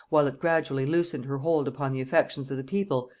while it gradually loosened her hold upon the affections of the people,